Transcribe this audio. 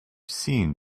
seen